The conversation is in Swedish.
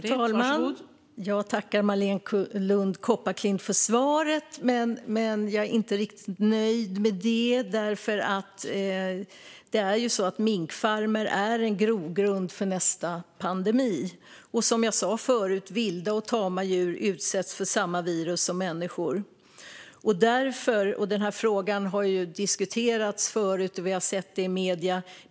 Fru talman! Jag tackar Marléne Lund Kopparklint för svaret, men jag är inte riktigt nöjd med det. Minkfarmer är en grogrund för nästa pandemi. Som jag sa förut utsätts vilda och tama djur för samma virus som människor. Den här frågan har diskuterats förut, och vi har sett det i medierna.